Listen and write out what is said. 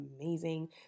amazing